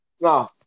No